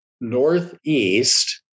northeast